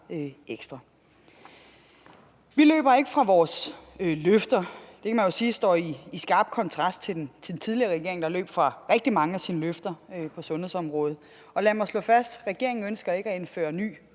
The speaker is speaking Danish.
ekstra. Vi løber ikke fra vores løfter. Det kan man jo sige står i skarp kontrast til den tidligere regering, der løb fra rigtig mange af sine løfter på sundhedsområdet. Og lad mig slå fast: Regeringen ønsker ikke at indføre ny